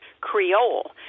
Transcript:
Creole